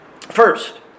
First